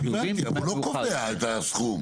הבנתי, אבל הוא לא קובע את הסכום?